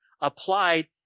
applied